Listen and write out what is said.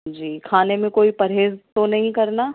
جی کھانے میں کوئی پرہیز تو نہیں کرنا